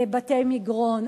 ייהרסו בתי מגרון.